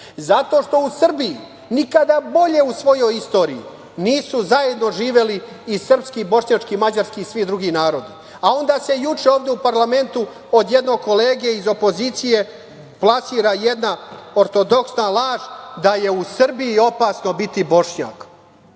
zato što u Srbiji nikada bolje u svojoj istoriji nisu zajedno živeli i srpski i bošnjački i mađarski i svi drugi narodi, a onda se juče ovde u parlamentu od jednog kolege iz opozicije plasira jedna ortodoksna laž, da je u Srbiji opasno biti Bošnjak